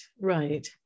right